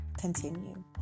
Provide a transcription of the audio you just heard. continue